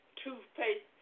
toothpaste